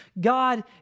God